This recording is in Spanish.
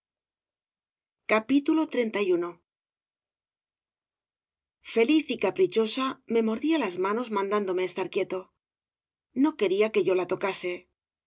bradomin eli z y caprichosa me mordía las manos mandándome estar quieto no quería que yo la tocase